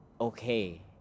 okay